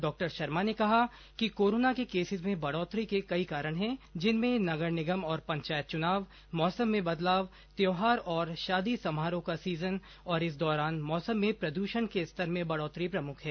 डॉ शर्मा ने कहा कि कोरोना के केसेज में बढ़ोतरी के कई कारण हैं जिनमें नगर निगम और पंचायत चुनाव मौसम में बदलाव त्योहार और शादी समारोह का सीजन और इस दौरान मौसम में प्रदूषण के स्तर में बढ़ोतरी प्रमुख हैं